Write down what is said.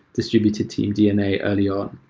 distributed team dna early on.